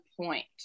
point